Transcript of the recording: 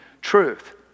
truth